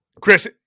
Chris